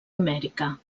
amèrica